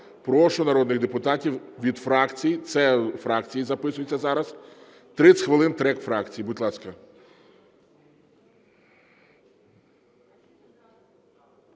Прошу народних депутатів від фракцій, це фракції записуються зараз, 30 хвилин – трек фракцій. Будь ласка.